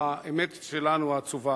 האמת שלנו, העצובה.